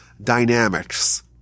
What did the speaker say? Dynamics